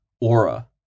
Aura